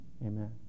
Amen